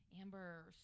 Amber